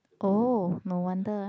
oh no wonder